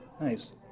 Nice